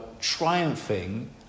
triumphing